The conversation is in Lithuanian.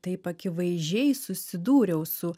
taip akivaizdžiai susidūriau su